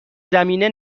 زمینه